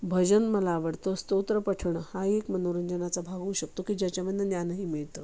भजन मला आवडतं स्तोत्र पठण हा एक मनोरंजनाचा भाग होऊ शकतो की ज्याच्यामधून ज्ञानही मिळतं